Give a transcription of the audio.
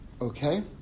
okay